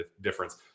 difference